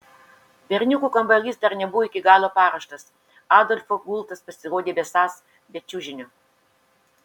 berniukų kambarys dar nebuvo iki galo paruoštas adolfo gultas pasirodė besąs be čiužinio